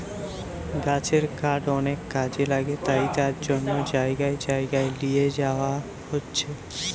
গাছের কাঠ অনেক কাজে লাগে তাই তার জন্যে জাগায় জাগায় লিয়ে যায়া হচ্ছে